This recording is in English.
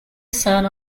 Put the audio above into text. son